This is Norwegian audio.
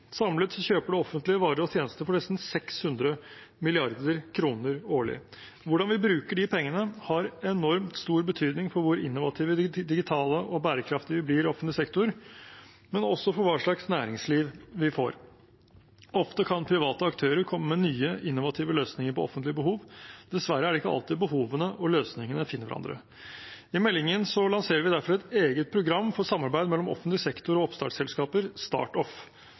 Samlet kjøper det offentlige varer og tjenester for nesten 600 mrd. kr årlig. Hvordan vi bruker de pengene, har enormt stor betydning for hvor innovative, digitale og bærekraftige vi blir i offentlig sektor, men også for hva slags næringsliv vi får. Ofte kan private aktører komme med nye, innovative løsninger på offentlige behov. Dessverre er det ikke alltid behovene og løsningene finner hverandre. I meldingen lanserer vi derfor et eget program for samarbeid mellom offentlig sektor og oppstartsselskaper,